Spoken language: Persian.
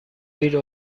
گیر